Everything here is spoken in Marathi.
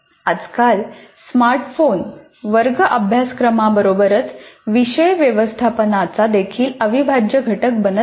आजकाल स्मार्टफोन वर्ग अभ्यासक्रमाबरोबरच विषय व्यवस्थापनाचा देखील अविभाज्य घटक बनत आहे